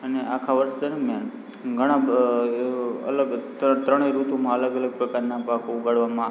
અને આખા વર્ષ દરમિયાન ઘણા અલગ ત્રણે ઋતુમાં અલગ અલગ પ્રકારના પાક ઉગાડવામાં આવતા હોય